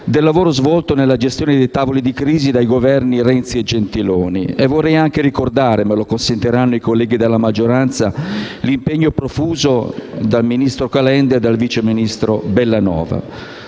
sul lavoro svolto nella gestione dei tavoli di crisi dai Governi Renzi e Gentiloni Silveri. Vorrei anche ricordare - me lo consentiranno i colleghi della maggioranza - l'impegno profuso dall'ex ministro Calenda e dall'ex vice ministro Bellanova.